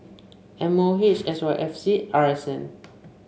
M O H S Y F C R S N